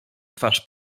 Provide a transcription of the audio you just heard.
twarz